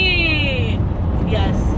yes